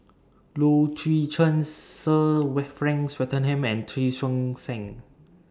Low Chen Sir Wet Frank Swettenham and Che Song Sang